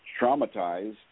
traumatized